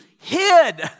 hid